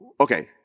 Okay